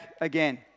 again